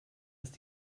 ist